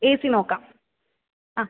A C നോക്കാം ആ